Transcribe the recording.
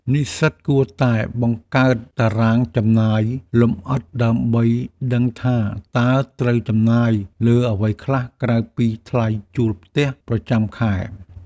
និស្សិតគួរតែបង្កើតតារាងចំណាយលម្អិតដើម្បីដឹងថាតើត្រូវចំណាយលើអ្វីខ្លះក្រៅពីថ្លៃជួលផ្ទះប្រចាំខែ។